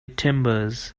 timbers